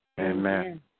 Amen